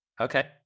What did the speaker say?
Okay